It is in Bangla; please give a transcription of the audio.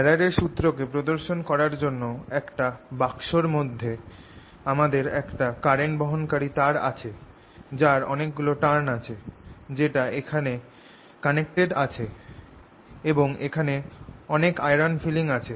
ফ্যারাডের সুত্র কে প্রদর্শন করার জন্য এই বাক্স এর মধ্যে আমাদের একটা কারেন্ট বহনকারী তার আছে যার অনেক গুলো টার্ন আছে যেটা এখানে কানেক্টেড আছে এবং এখানে অনেক আয়রন ফিলিং আছে